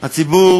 הציבור